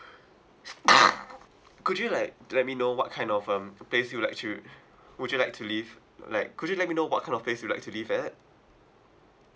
could you like let me know what kind of um place you would like to would you like to live like could you let me know what kind of place you would like to live at